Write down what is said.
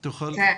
הוא אכן